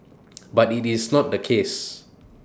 but IT is not the case